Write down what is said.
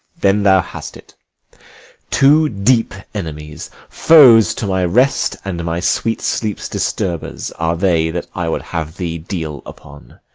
then thou hast it two deep enemies, foes to my rest, and my sweet sleep's disturbers, are they that i would have thee deal upon